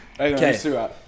okay